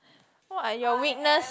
what are your weakness